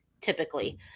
typically